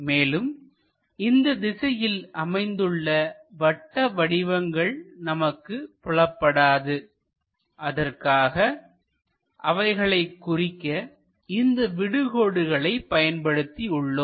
மேலும் இந்த திசையில் அமைந்துள்ள வட்ட வடிவங்கள் நமக்குப் புலப்படாது அதற்காக அவைகளை குறிக்க இந்த விடு கோடுகளைப் பயன்படுத்தி உள்ளோம்